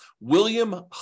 William